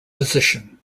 position